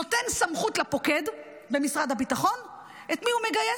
נותן סמכות לפוקד במשרד הביטחון את מי הוא מגייס,